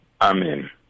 Amen